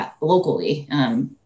locally